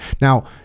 Now